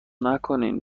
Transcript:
نکنین